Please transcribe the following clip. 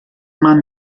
man